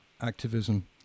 activism